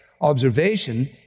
observation